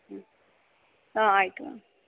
ಹ್ಞೂ ಹಾಂ ಆಯಿತು ಮ್ಯಾಮ್